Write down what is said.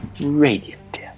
Radiant